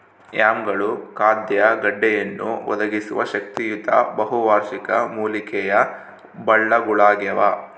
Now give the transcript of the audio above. ಯಾಮ್ಗಳು ಖಾದ್ಯ ಗೆಡ್ಡೆಯನ್ನು ಒದಗಿಸುವ ಶಕ್ತಿಯುತ ಬಹುವಾರ್ಷಿಕ ಮೂಲಿಕೆಯ ಬಳ್ಳಗುಳಾಗ್ಯವ